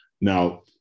Now